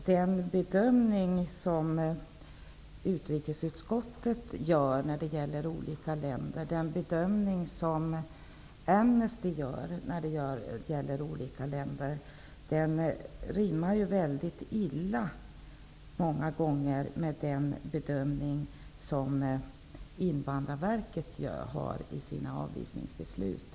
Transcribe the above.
Den bedömning som utrikesutskottet och Amnesty gör av olika länder rimmar många gånger väldigt illa med den bedömning som Invandrarverket gör i sina avvisningsbeslut.